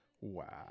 Wow